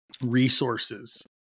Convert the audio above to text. resources